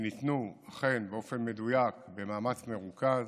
שניתנו אכן באופן מדויק במאמץ מרוכז,